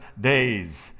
days